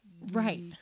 right